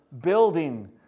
building